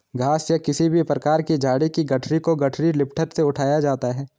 घास या किसी भी प्रकार की झाड़ी की गठरी को गठरी लिफ्टर से उठाया जाता है